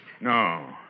No